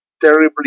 terribly